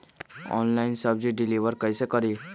Online सब्जी deliver कैसे करें?